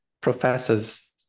professors